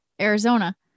Arizona